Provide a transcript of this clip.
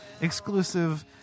exclusive